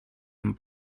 and